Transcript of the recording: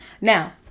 Now